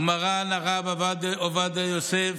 ומרן הרב עובדיה יוסף,